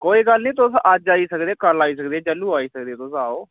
कोई गल्ल नेईंं तुस अज्ज आई सकदे कल आई सकदे जदूं आई सकदे तुस आओ